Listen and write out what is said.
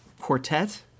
Quartet